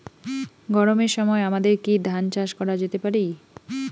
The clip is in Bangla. গরমের সময় আমাদের কি ধান চাষ করা যেতে পারি?